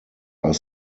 are